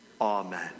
Amen